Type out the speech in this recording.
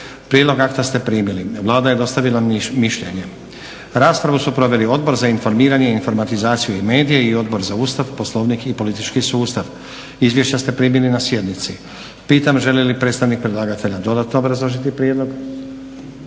Prijedlog akta ste primili. Vlada je dostavila mišljenje. Raspravu su proveli Odbor informiranje informatizaciju i medije i Odbor za Ustav, Poslovnik i politički sustav. Izvješća ste primili na sjednici. Pitam želi li predstavnik predlagatelja dodatno obrazložiti prijedlog?